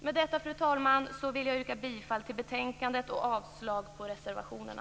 Fru talman! Med det anförda vill jag yrka bifall till hemställan i betänkandet och avslag på reservationerna.